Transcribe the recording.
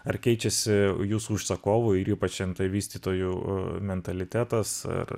ar keičiasi jūsų užsakovo ir ypač nt vystytojų mentalitetas ar